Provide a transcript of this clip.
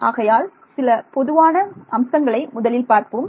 ஆகையால் சில பொதுவான அம்சங்களை முதலில் பார்ப்போம்